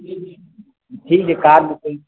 ठीक छै काजमे छी